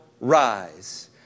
rise